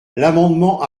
l’amendement